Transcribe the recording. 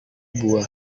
buah